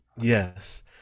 Yes